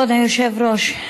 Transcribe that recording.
כבוד היושב-ראש,